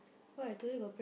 why today got pray~